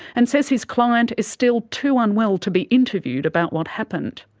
and says his client is still too unwell to be interviewed about what happened.